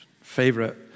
favorite